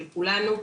של כולנו.